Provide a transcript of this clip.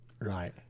Right